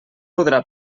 podrà